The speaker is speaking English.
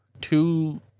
two